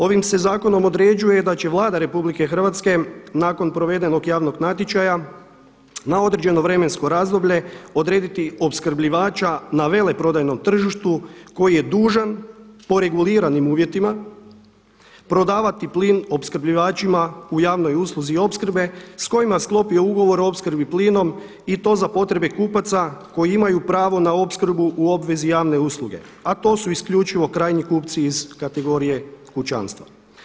Ovim se zakonom određuje da će Vlada RH nakon provedenog javnog natječaja na određeno vremensko razdoblje odrediti opskrbljivača na veleprodajnom tržištu koji je dužan po reguliranim uvjetima prodavati plin opskrbljivačima u javnoj usluzi opskrbe s kojima je sklopio ugovor o opskrbi plinom i to za potrebe kupaca koji imaju pravo na opskrbu u obvezi javne usluge, a to su isključivo krajnji kupci iz kategorije kućanstva.